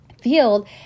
field